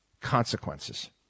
consequences